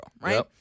right